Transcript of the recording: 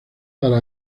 para